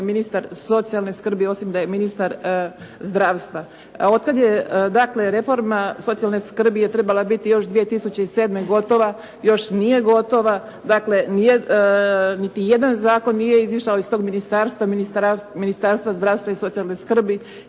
ministar socijalne skrbi, osim da je ministar zdravstva. Od kada je dakle reforma socijalne skrbi je trebala biti još 2007. gotova još nije gotova. Dakle niti jedan zakon nije izašao iz toga Ministarstva zdravstva i socijale skrbi.